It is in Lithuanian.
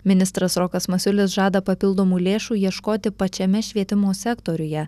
ministras rokas masiulis žada papildomų lėšų ieškoti pačiame švietimo sektoriuje